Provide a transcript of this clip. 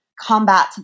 combat